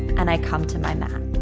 and i come to my mat.